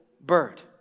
bird